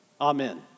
Amen